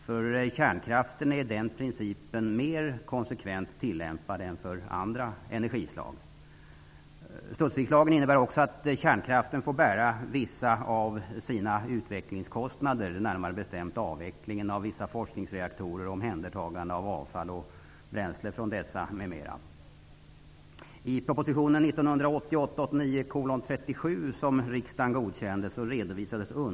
För kärnkraften är den principen mer konsekvent tillämpad än för andra energislag. Studsvikslagen innebär också att kärnkraften får bära vissa av sina utvecklingskostnader, närmare bestämt avvecklingen av vissa forskningsreaktorer och omhändertagande av avfall och bränsle från dessa m.m. Studsvikslagen.